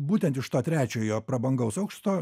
būtent iš to trečiojo prabangaus aukšto